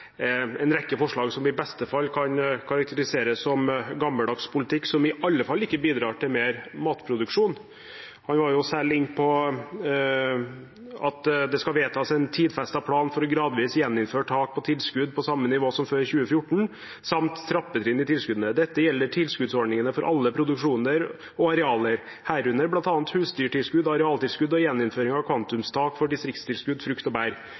en rekke forslag som i beste fall kan karakteriseres som gammeldags politikk som i alle fall ikke bidrar til mer matproduksjon. Han var særlig inne på at det skal vedtas «en tidfestet plan for å gradvis gjeninnføre tak på tilskudd på samme nivå som før 2014, samt trappetrinn i tilskuddene. Dette gjelder tilskuddsordningene for alle produksjoner og arealer, herunder bl.a. husdyrtilskuddene, arealtilskuddene og gjeninnføring av kvantumstak for distriktstilskudd frukt og